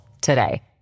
today